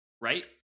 right